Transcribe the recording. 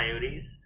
Coyotes